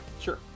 Sure